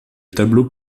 tableau